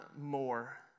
more